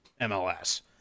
MLS